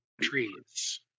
trees